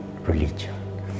religion